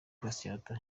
gatsata